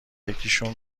یکیشون